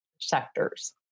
sectors